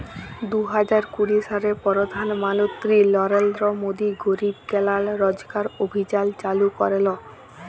দু হাজার কুড়ি সালে পরধাল মলত্রি লরেলদ্র মোদি গরিব কল্যাল রজগার অভিযাল চালু ক্যরেল